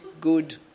good